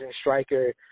striker